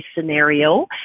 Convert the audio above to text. scenario